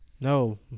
no